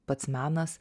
pats menas